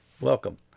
Welcome